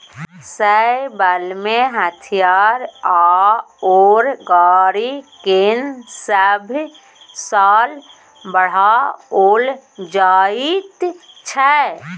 सैन्य बलमें हथियार आओर गाड़ीकेँ सभ साल बढ़ाओल जाइत छै